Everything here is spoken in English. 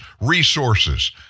resources